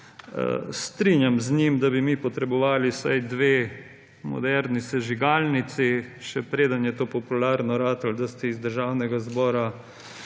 strinjam z njim, da bi mi potrebovali vsaj dve moderni sežigalnici. Še preden je to popularno postalo, da ste iz Državnega zbora,